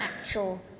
actual